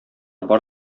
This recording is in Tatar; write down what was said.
бар